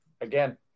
again